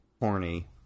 horny